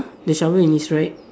the shovel in his right